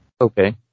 Okay